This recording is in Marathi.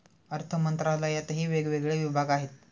अर्थमंत्रालयातही वेगवेगळे विभाग आहेत